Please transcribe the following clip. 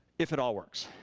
if it all works.